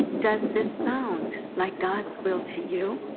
does this sound like god's will to you?